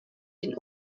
den